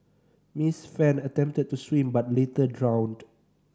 Miss Fan attempted to swim but later drowned